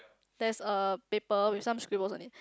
there is a paper with some scribbles on it